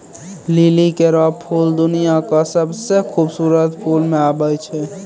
लिली केरो फूल दुनिया क सबसें खूबसूरत फूल म आबै छै